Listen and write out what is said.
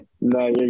no